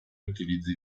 utilizzi